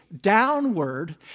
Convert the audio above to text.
downward